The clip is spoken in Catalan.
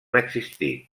existit